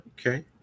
okay